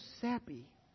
sappy